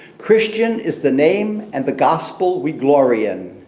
christian is the name and the gospel we glory in.